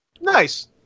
nice